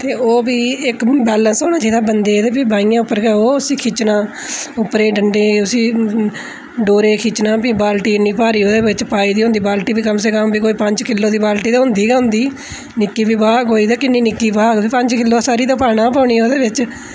ते ओह बी इक दम बैलैंस होना चाहिदा बंदे ई बाहियें उप्पर उसी खिच्चना उप्परा डंडा डोरे ई खच्चना फ्ही बालटी इन्नी भारी पाई दी कम से कम कोई पंज किलो दी बाल्टी ते होंदी गै होंदी निक्की बी पाह्ग कोई तां किन्नी निक्की पाह्ग पंज किलो सारी ते पाना गै पौनी ओह्दे बिच